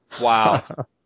Wow